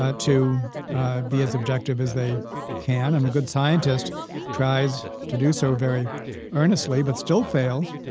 ah to be as objective as they can and a good scientist tries to do so very earnestly, but still fails.